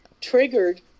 triggered